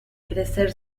crecer